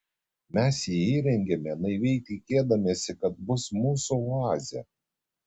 mes jį įrengėme naiviai tikėdamiesi kad bus mūsų oazė